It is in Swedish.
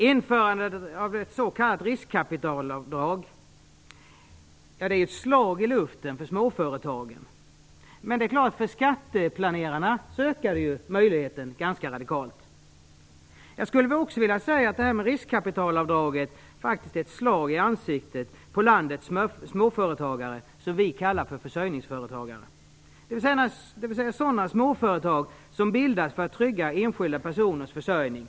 Införandet av ett s.k. riskkapitalavdrag är ett slag i luften för småföretagen. Men det är klart: För skatteplanerarna ökar det möjligheterna ganska radikalt. Jag skulle också vilja säga att riskkapitalavdraget faktiskt är ett slag i ansiktet på dem av landets småföretagare som vi kallar för försörjningsföretagare, dvs. sådana småföretag som bildas för att trygga enskilda personers försörjning.